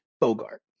Bogart